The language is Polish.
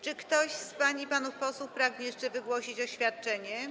Czy ktoś z pań i panów posłów pragnie jeszcze wygłosić oświadczenie?